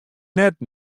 net